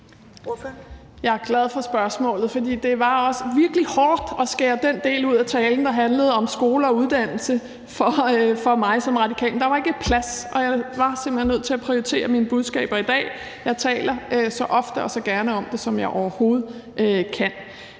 Jeg er glad for spørgsmålet, for det var også virkelig hårdt at skære den del ud af talen, der handlede om skole og uddannelse, for mig som radikal, men der var ikke plads. Jeg var simpelt hen nødt til at prioritere mine budskaber i dag, men jeg taler så ofte og så gerne om det, som jeg overhovedet kan.